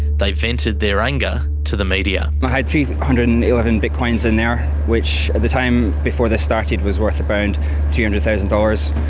they vented their anger to the media. i had three hundred and eleven bitcoins in there, which at the time, before this started, was worth around three hundred thousand dollars,